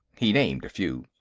he named a few.